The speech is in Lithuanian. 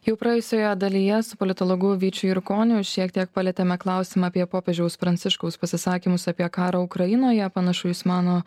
jau praėjusioje dalyje su politologu vyčiu jurkoniu šiek tiek palietėme klausimą apie popiežiaus pranciškaus pasisakymus apie karą ukrainoje panašu jis mano